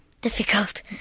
difficult